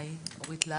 לכן יש הלוואות,